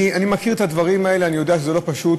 אני מכיר את הדברים האלה, אני יודע שזה לא פשוט,